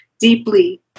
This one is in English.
deeply